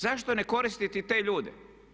Zašto ne koristiti te ljude?